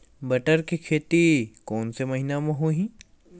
बटर के खेती कोन से महिना म होही?